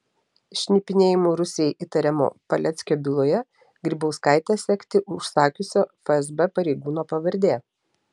šnipinėjimu rusijai įtariamo paleckio byloje grybauskaitę sekti užsakiusio fsb pareigūno pavardė